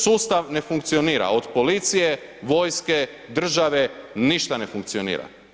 Sustav ne funkcionira od policije, vojske, države, ništa ne funkcionira.